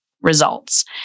results